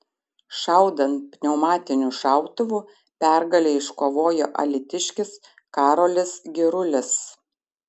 šaudant pneumatiniu šautuvu pergalę iškovojo alytiškis karolis girulis